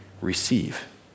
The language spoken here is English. receive